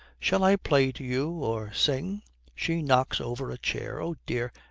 shall i play to you, or sing she knocks over a chair, oh dear,